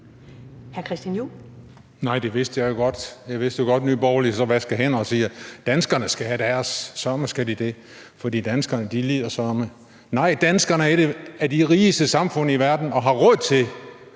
Nej, det vidste jeg jo godt. Jeg vidste jo godt, at Nye Borgerlige så ville vaske hænder og sige: Danskerne skal have deres; søreme skal de det, for danskere lider søreme. Nej, danskerne er et af de rigeste samfund i verden og har råd til